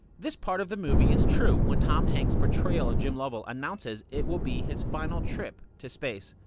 this part of the movie is true, when tom hanks' portrayal of jim lovell announces it will be his final trip to space.